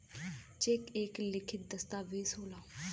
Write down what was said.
check एक लिखित दस्तावेज होला